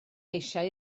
eisiau